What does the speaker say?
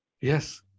yes